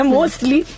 Mostly